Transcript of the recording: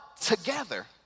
together